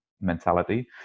mentality